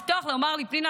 לפתוח ולומר לי: פנינה,